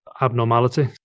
abnormality